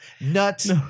nuts